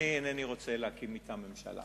אני אינני רוצה להקים אתם ממשלה.